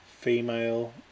female